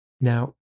Now